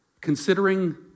considering